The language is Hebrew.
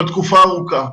אבל תקופה ארוכה.